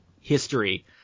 history